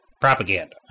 Propaganda